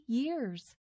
years